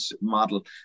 model